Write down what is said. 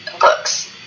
Books